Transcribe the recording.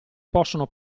possono